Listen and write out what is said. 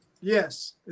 Yes